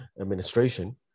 administration